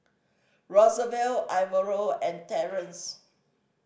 Rosevelt Alvaro and Terrence